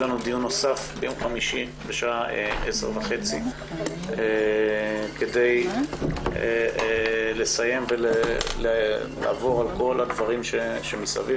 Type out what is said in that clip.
לנו דיון נוסף ביום חמישי בשעה 10:30 כדי לסיים לעבור על כל מה שמסביב.